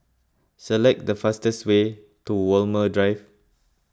select the fastest way to Walmer Drive